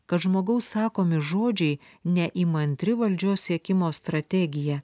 kad žmogaus sakomi žodžiai neįmantri valdžios siekimo strategija